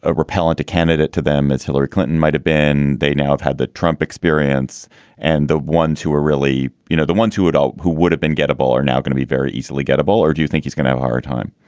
ah repellent a candidate to them as hillary clinton might have been. they now have had the trump experience and the ones who are really, you know, the ones who adult who would have been gettable are now going to be very easily gettable. or do you think he's going to have hard time?